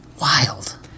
Wild